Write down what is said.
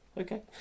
Okay